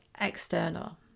external